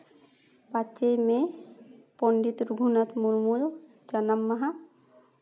ᱯᱟᱸᱪᱮᱭ ᱢᱮ ᱯᱚᱸᱰᱤᱛ ᱨᱟᱹᱜᱷᱩᱱᱟᱛᱷ ᱢᱩᱨᱢᱩᱣᱟᱜ ᱡᱟᱱᱟᱢ ᱢᱟᱦᱟ